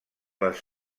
les